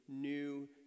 new